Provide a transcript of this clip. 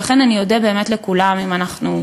לכן אני אודה באמת לכולם אם אנחנו,